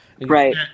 Right